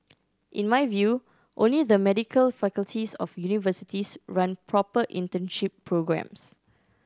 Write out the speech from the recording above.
in my view only the medical faculties of universities run proper internship programmes